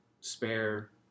spare